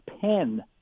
pen